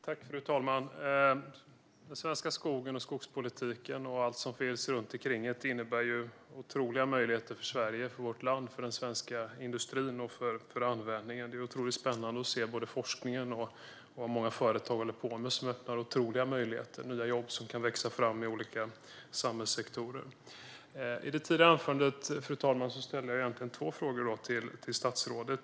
Fru talman! Den svenska skogen och skogspolitiken och allt som finns runt omkring innebär otroliga möjligheter för vårt land, för den svenska industrin och för användningen. Det är spännande att se både forskningen och vad många företag håller på med, vilket öppnar otroliga möjligheter i form av nya jobb som kan växa fram i olika samhällssektorer. I det tidigare anförandet, fru talman, ställde jag egentligen två frågor till statsrådet.